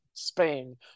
Spain